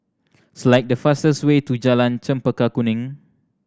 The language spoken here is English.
select the fastest way to Jalan Chempaka Kuning